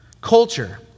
culture